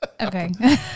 okay